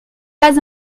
pas